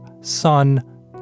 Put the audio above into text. son